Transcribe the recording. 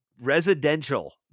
residential